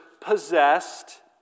possessed